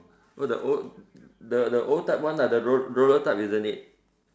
oh the old the the old type one lah the roll roller type isn't it